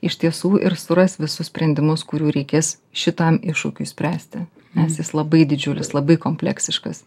iš tiesų ir suras visus sprendimus kurių reikės šitam iššūkiui spręsti nes jis labai didžiulis labai kompleksiškas